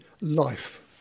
life